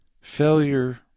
Failure